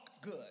good